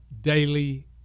daily